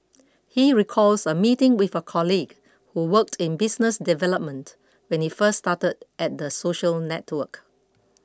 he recalls a meeting with a colleague who worked in business development when he first started at the social network